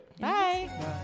Bye